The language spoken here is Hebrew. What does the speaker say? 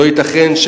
לא ייתכן,